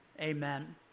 Amen